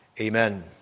amen